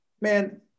man